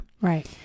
Right